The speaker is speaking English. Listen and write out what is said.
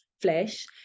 flesh